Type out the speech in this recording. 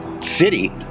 city